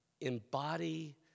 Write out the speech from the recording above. embody